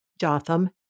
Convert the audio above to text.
Jotham